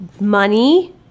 money